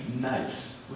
nice